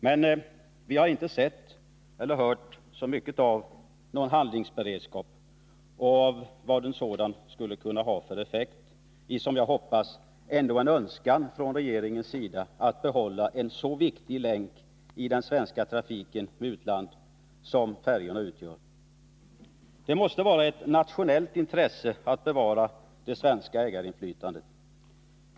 Men vi har inte sett eller hört så mycket av någon handlingsberedskap och av vad en sådan skulle kunna ha för effekt. Jag hoppas ändå att det är regeringens önskan att behålla en så viktig länk i den svenska trafiken med utlandet som färjor under svensk flagg utgör. Det måste vara av ett nationellt intresse att bevara det svenska ägarinflytandet.